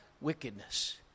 wickedness